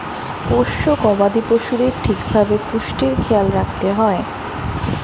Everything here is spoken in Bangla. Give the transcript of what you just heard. পোষ্য গবাদি পশুদের ঠিক ভাবে পুষ্টির খেয়াল রাখতে হয়